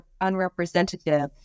unrepresentative